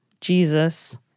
Jesus